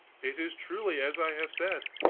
it is truly as i have said.